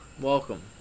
Welcome